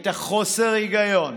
את חוסר ההיגיון,